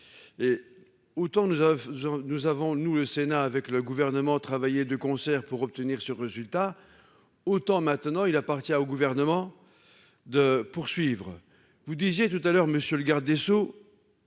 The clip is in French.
avons, nous avons nous le Sénat avec le gouvernement travailler de concert pour obtenir ce résultat, autant maintenant il appartient au gouvernement de poursuivre, vous disiez tout à l'heure monsieur le garde des Sceaux,